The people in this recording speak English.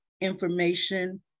information